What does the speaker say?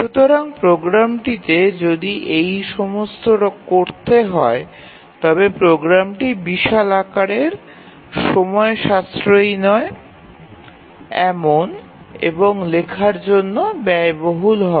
সুতরাং প্রোগ্রামটিতে যদি এই সমস্ত করতে হয় তবে প্রোগ্রামটি বিশাল আকারের সময় সাশ্রয়ী নয় এমন এবং লেখার জন্য ব্যয়বহুল হবে